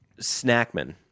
Snackman